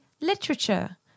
literature